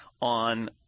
on